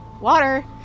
water